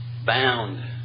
bound